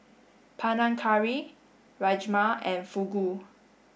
Panang Curry Rajma and Fugu